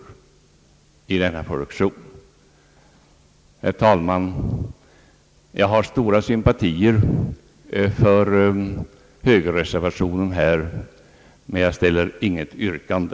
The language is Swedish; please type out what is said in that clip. Herr talman! Jag har stora sympatier för högerreservationen men ställer inte något yrkande.